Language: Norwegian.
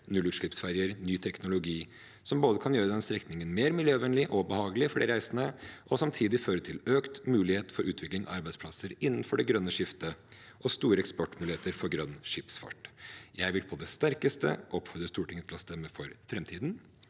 nullutslippsferjer og ny teknologi, som både kan gjøre denne strekningen mer miljøvennlig og behagelig for de reisende og samtidig føre til økt mulighet for utvikling av arbeidsplasser innenfor det grønne skiftet og store eksportmuligheter for grønn skipsfart. Jeg vil på det sterkeste oppfordre Stortinget til å stemme for framtiden